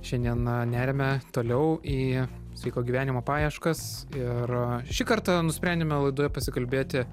šiandien neriame toliau į sveiko gyvenimo paieškas ir šį kartą nusprendėme laidoje pasikalbėti